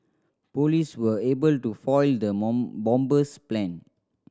police were able to foil the bomber's plan